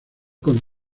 con